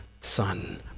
son